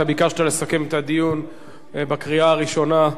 אתה ביקשת לסכם את הדיון בקריאה הראשונה,